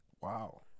Wow